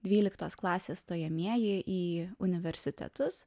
dvyliktos klasės stojamieji į universitetus